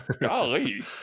golly